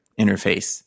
interface